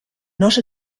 not